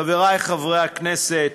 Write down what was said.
חברי חברי הכנסת,